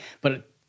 But-